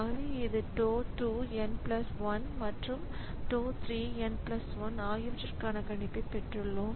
ஆகவே இது ஒரு tau 2 n 1 மற்றும் இதுவும் tau 3n 1 ஆகியவற்றுக்கான கணிப்பைப் பெற்றுள்ளோம்